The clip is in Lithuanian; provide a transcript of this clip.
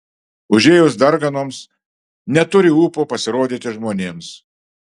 užėjus darganoms neturi ūpo pasirodyti žmonėms